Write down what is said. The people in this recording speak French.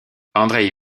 andrei